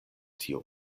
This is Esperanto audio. tiu